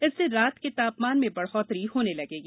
इससे रात के तापमान में बढ़ोतरी होने लगेगी